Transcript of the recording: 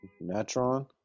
Natron